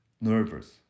nervous